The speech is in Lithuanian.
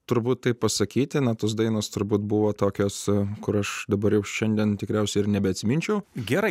turbūt taip pasakyti na tos dainos turbūt buvo tokios kur aš dabar jau šiandien tikriausiai ir nebeatsiminčiau gerai